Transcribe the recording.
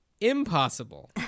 impossible